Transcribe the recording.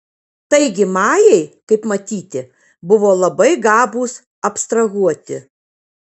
taigi majai kaip matyti buvo labai gabūs abstrahuoti